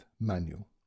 manual